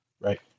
right